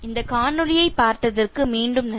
இந்த காணொளியைப் பார்த்ததற்கு மீண்டும் நன்றி